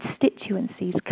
constituencies